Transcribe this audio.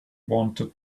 wanted